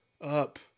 up